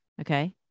okay